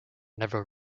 never